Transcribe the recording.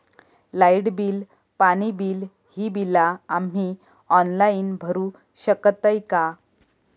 Light bill, पाणी bill, ही बिला आम्ही ऑनलाइन भरू शकतय का?